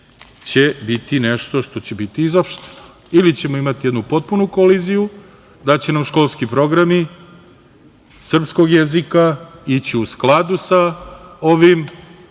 će biti nešto što će biti izopšteno. Ili ćemo imati jednu potpunu koliziju, da će nam školski programi srpskog jezika ići u skladu sa ovim,